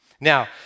Now